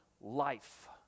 life